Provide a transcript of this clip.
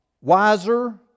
wiser